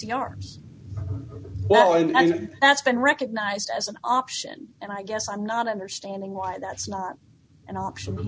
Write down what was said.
think that's been recognized as an option and i guess i'm not understanding why that's not an option